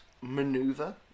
maneuver